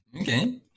Okay